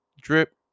Drip